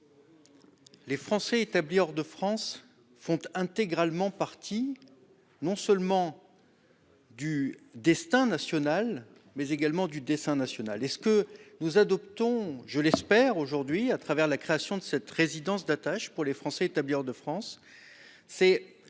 Les Français établis hors de France font intégralement partie non seulement du destin national, mais également du dessein national. Le texte que nous allons- je l'espère ! -adopter aujourd'hui, par la création de cette résidence d'attache pour les Français établis hors de France, permet